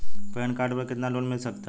Pan card पर कितना loan मिल सकता है?